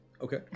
Okay